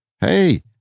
hey